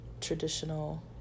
traditional